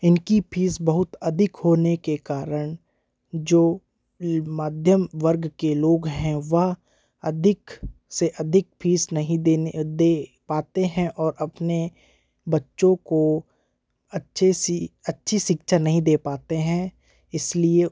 इनकी फीस बहुत अधिक होने के कारण जो मध्यम वर्ग के लोग हैं वह अधिक से अधिक फीस नहीं देने दे पाते हैं और अपने बच्चों को अच्छी सी अच्छी शिक्षा नहीं दे पाते हैं इसलिए